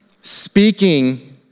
speaking